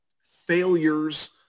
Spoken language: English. failures